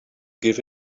give